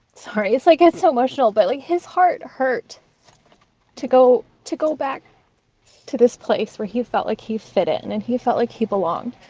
sorry, it's like i get so emotional but, like, his heart hurt to go to go back to this place where he felt like he fit in and he felt like he belonged.